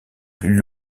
plus